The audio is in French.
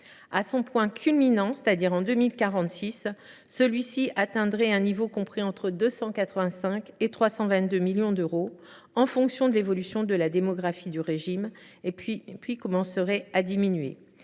À son point culminant, c’est à dire en 2046, ce coût atteindrait un niveau compris entre 285 millions d’euros et 322 millions d’euros en fonction de l’évolution de la démographie du régime, puis il commencerait à diminuer.